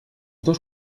dos